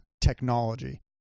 technology